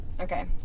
Okay